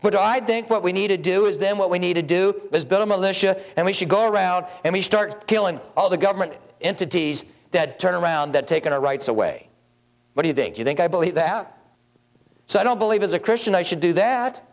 what i think what we need to do is then what we need to do is build a militia and we should go around and we start killing all the government entities that turn around that taking our rights away what do you think you think i believe that so i don't believe as a christian i should do that